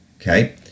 Okay